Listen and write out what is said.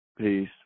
Peace